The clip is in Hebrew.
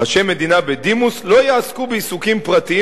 ראשי מדינה בדימוס לא יעסקו בעיסוקים פרטיים